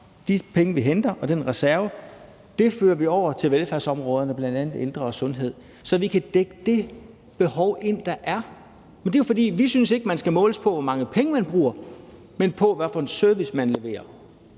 de penge, vi henter, og den reserve fører vi over til velfærdsområderne, bl.a. ældre og sundhed, så vi kan dække det behov ind, der er. Men det er jo, fordi vi ikke synes, man skal måles på, hvor mange penge man bruger, men på, hvad for en service man leverer.